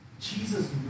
Jesus